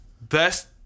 best